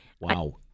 Wow